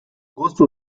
gozo